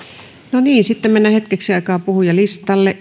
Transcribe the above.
no niin sitten mennään hetkeksi aikaa puhujalistalle